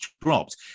dropped